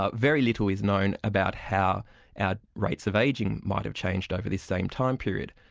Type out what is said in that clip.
ah very little is known about how our rates of ageing might have changed over this same time period.